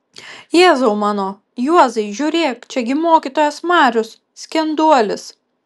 jėzau mano juozai žiūrėk čia gi mokytojos marius skenduolis